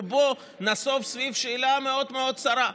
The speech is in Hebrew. רובו נסב סביב שאלה מאוד מאוד צרה: